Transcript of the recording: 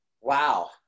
Wow